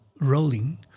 rolling